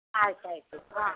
ಆಯ್ತು ಆಯಿತು ಹಾಂ